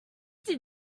did